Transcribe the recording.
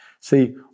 See